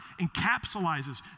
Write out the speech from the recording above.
encapsulizes